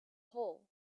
hole